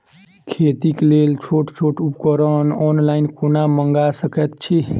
खेतीक लेल छोट छोट उपकरण ऑनलाइन कोना मंगा सकैत छी?